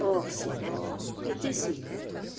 or ces morts étaient ses livres